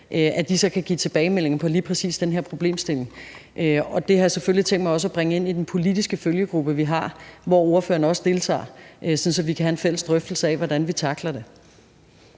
kan de give tilbagemeldinger på lige præcis den her problemstilling. Det har jeg selvfølgelig tænkt mig også at bringe ind i den politiske følgegruppe, vi har, hvor ordføreren også deltager, så vi kan have en fælles drøftelse af, hvordan vi tackler det.